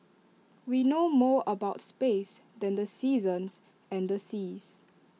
we know more about space than the seasons and the seas